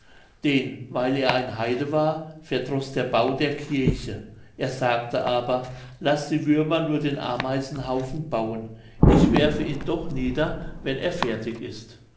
den weil er ein heide war verdroß der bau der kirche er sagte aber laß die würmer nur den ameisenhaufen bauen ich werfe ihn doch nieder wenn er fertig ist